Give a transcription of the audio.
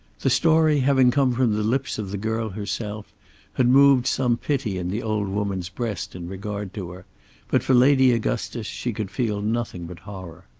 the story having come from the lips of the girl herself had moved some pity in the old woman's breast in regard to her but for lady augustus she could feel nothing but horror.